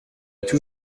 tout